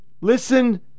Listen